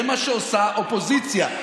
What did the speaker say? זה מה שעושה אופוזיציה.